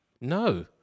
no